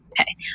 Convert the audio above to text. Okay